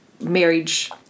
marriage